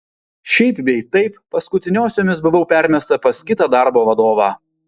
šiaip bei taip paskutiniosiomis buvau permesta pas kitą darbo vadovą